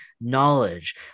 knowledge